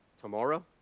tomorrow